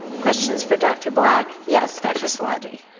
questions for dr. black? yes, dr. szilagyi?